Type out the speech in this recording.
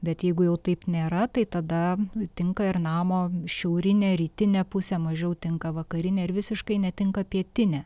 bet jeigu jau taip nėra tai tada tinka ir namo šiaurinė rytinė pusė mažiau tinka vakarinė ir visiškai netinka pietinė